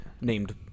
named